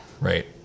Right